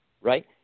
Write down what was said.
right